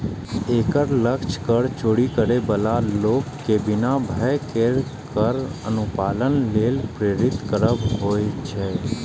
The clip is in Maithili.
एकर लक्ष्य कर चोरी करै बला लोक कें बिना भय केर कर अनुपालन लेल प्रेरित करब होइ छै